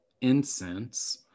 incense